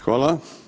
Hvala.